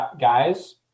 guys